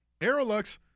AeroLux